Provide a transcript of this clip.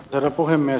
herra puhemies